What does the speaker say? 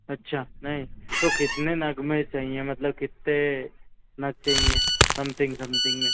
अच्छा नहीं तो कितने नग में चाहिए मतलब कितने नग चाहिए समथिंग समथिंग में